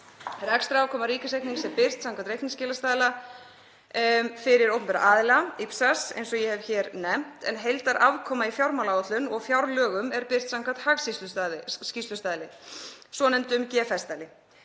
Rekstrarafkoma ríkisreiknings er birt samkvæmt reikningsskilastaðla fyrir opinbera aðila, IPSAS, eins og ég hef áður nefnt, en heildarafkoma í fjármálaáætlun og fjárlögum er birt samkvæmt hagskýrslustaðli, svonefndum GFS-staðli.